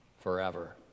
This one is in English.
forever